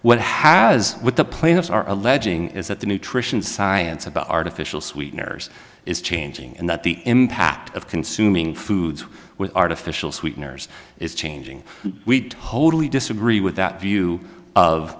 what has what the plaintiffs are alleging is that the nutrition science about artificial sweeteners is changing and that the impact of consuming foods with artificial sweeteners is changing we totally disagree with that view of